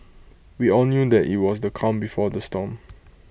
we all knew that IT was the calm before the storm